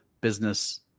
business